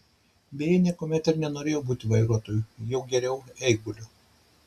beje niekuomet ir nenorėjau būti vairuotoju jau geriau eiguliu